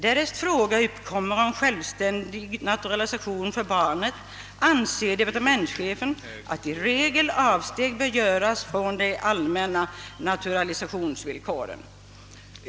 Därest fråga uppkommer om självständig naturalisation av barnet, anser departementchefen, att i regel avsteg bör göras från de allmänna naturalisationsvillkoren.